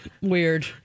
weird